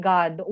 God